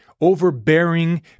overbearing